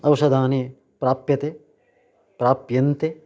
औषधानि प्राप्यते प्राप्यन्ते